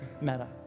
matter